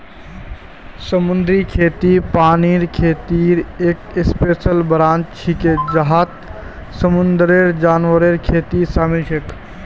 समुद्री खेती पानीर खेतीर एक स्पेशल ब्रांच छिके जहात समुंदरेर जानवरेर खेती शामिल छेक